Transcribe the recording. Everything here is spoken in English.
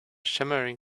shimmering